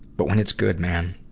but when it's good, man,